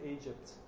Egypt